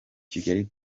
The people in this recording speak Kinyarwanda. kigali